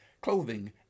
clothing